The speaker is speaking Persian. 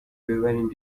ببریم